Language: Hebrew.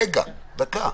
רגע, דקה.